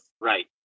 Right